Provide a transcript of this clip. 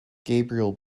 gabriel